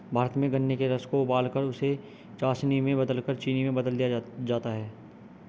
भारत में गन्ने के रस को उबालकर उसे चासनी में बदलकर चीनी में बदल दिया जाता है